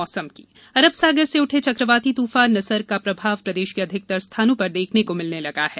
मौसम अरब सागर से उठे चक्रवाती तूफान निसर्ग का प्रभाव प्रदेश के अधिकतर स्थानों पर देखने को मिलने लगा है